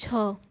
છ